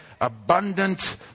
abundant